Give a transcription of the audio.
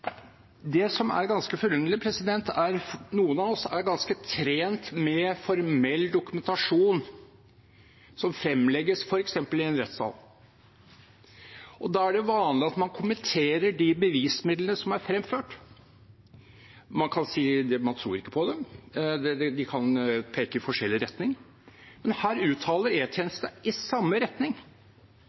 Det er noe som er ganske forunderlig. Noen av oss er ganske trent med formell dokumentasjon som fremlegges f.eks. i en rettssal. Da er det vanlig at man kommenterer de bevismidlene som er fremført. Man kan si at man ikke tror på dem, de kan peke i forskjellig retning, men her uttaler E-tjenesten seg i samme retning.